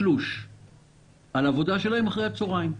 תלוש שכר על העבודה שלהם אחרי הצוהריים.